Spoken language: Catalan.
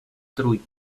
trull